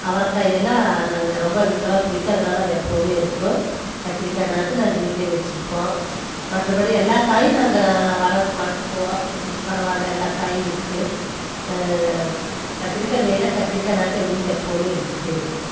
அவரைக்காய் எல்லாம் நாங்கள் ரொம்ப எங்களுக்கெல்லாம் பிடிக்கும் அதனால் அது எப்பவும் இருக்கும் கத்திரிக்காய் நாற்று நாங்கள் வீட்டில் வச்சுருப்போம் மற்ற படி எல்லாம் காயும் நாங்கள் நா வள வளர்த்துக்குவோம் பரவாயில்லை எல்லா காயும் இருக்குது கத்திரிக்காய் பயிரை கத்திரிக்காய் நாற்று எங்கள் வீட்டில் எப்பவும் இருந்துகிட்டே இருக்கும்